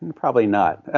and probably not.